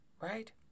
right